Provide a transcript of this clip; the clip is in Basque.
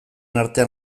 artean